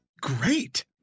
great